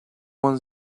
one